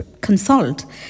consult